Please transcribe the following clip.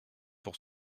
pour